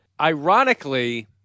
ironically